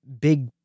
big